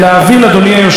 אדוני היושב-ראש,